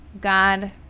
God